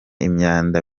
imyanda